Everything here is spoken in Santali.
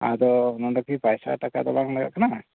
ᱟᱫᱚ ᱱᱚᱸᱰᱮ ᱠᱤ ᱯᱚᱭᱥᱟ ᱴᱟᱠᱟ ᱫᱚ ᱵᱟᱝ ᱞᱟᱜᱟᱜ ᱠᱟᱱᱟ